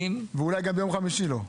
ואולי גם ביום חמישי לא.